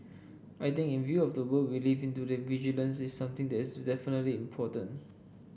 I think in view of the world we live in today vigilance is something that is definitely important